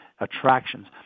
attractions